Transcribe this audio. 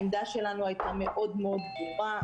העמדה שלנו הייתה מאוד מאוד ברורה.